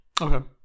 Okay